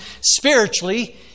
spiritually